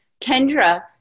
Kendra